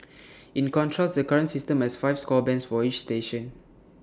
in contrast the current system has five score bands for each station